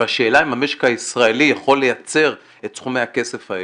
והשאלה אם המשק ה ישראל יכול לייצר את סכומי הכסף האלה,